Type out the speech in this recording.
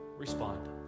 respond